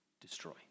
destroy